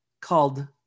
called